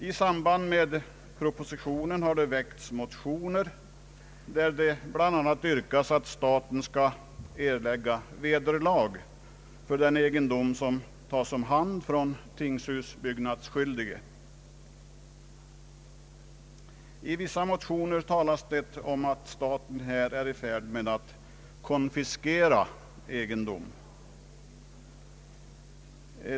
I samband med propositionen har väckts motioner, i vilka bla. yrkas att staten skall erlägga vederlag för den egendom som tas om hand från tingshusbyggnadsskyldige. I vissa motioner talas om att staten här är i färd med att konfiskera egendom.